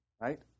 right